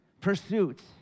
pursuits